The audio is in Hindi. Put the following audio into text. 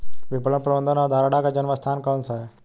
विपणन प्रबंध अवधारणा का जन्म स्थान कौन सा है?